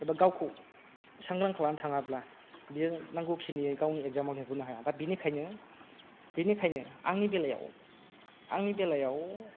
एबा गावखौ सांग्रा खालामनानै थाङाब्ला बियो नांगौखिनियै गावनि इकजामाव लिरबोनो हाया दा बिनिखायनो बिनिखायनो आंनि बेलायाव आंनि बेलायाव